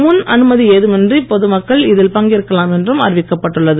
முன் அனுமதி ஏதுமின்றி பொதுமக்கள் இதில் பங்கேற்கலாம் என்றும் அறிவிக்கப்பட்டுள்ளது